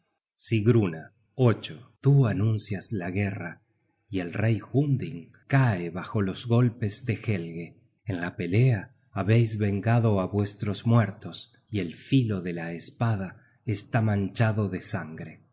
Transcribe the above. la playa sigruna tú anuncias la guerra y el rey hunding cae bajo los golpes de helge en la pelea habeis vengado á vuestros muertos y el filo de la espada está manchado de sangre